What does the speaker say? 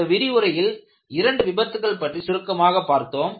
இந்த விரிவுரையில் இரண்டு விபத்துகள் பற்றி சுருக்கமாகப் பார்த்தோம்